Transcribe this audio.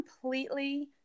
completely